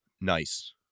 Nice